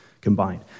combined